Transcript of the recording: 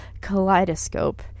kaleidoscope